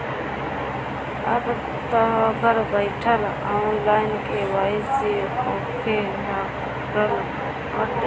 अबतअ घर बईठल ऑनलाइन के.वाई.सी होखे लागल बाटे